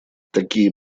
такие